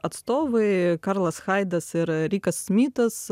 atstovai karlas haidas ir rikas smitas